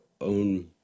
own